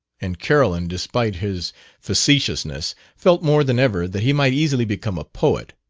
and carolyn, despite his facetiousness, felt more than ever that he might easily become a poet.